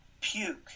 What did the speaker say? Puke